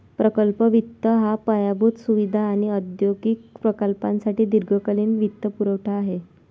प्रकल्प वित्त हा पायाभूत सुविधा आणि औद्योगिक प्रकल्पांसाठी दीर्घकालीन वित्तपुरवठा आहे